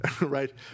right